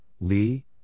Lee